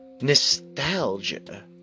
nostalgia